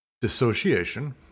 dissociation